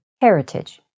heritage